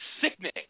Sickening